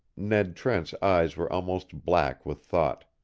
ned trent's eyes were almost black with thought.